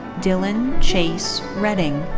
dylan chase redding.